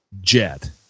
Jet